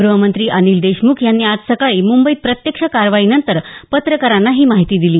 ग्रहमंत्री अनिल देशमुख यांनी आज सकाळी मुंबईत प्रत्यक्ष कारवाईनंतर पत्रकारांना ही माहिती दिली